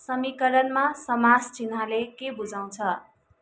समिकरणमा समास चिह्नले के बुझाउँछ